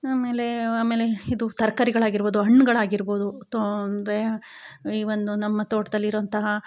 ಆಮೇಲೆ ಆಮೇಲೆ ಇದು ತರಕಾರಿಗಳ್ ಆಗಿರ್ಬೋದು ಹಣ್ಣುಗಳಾಗಿರ್ಬೋದು ತೊಂದರೆ ಈ ಒಂದು ನಮ್ಮ ತೋಟದಲ್ಲಿ ಇರುವಂತಹ